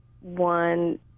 one